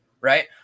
right